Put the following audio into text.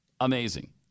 Amazing